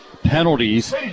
Penalties